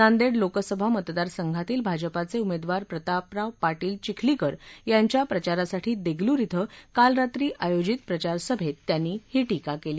नांदेड लोकसभा मतदारसंघातील भाजपाचे उमेदवार प्रतापराव पाटील चिखलीकर यांच्या प्रचारासाठी देगलूर इथं काल रात्री आयोजित प्रचारसभेत त्यानी ही टीका केली